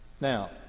Now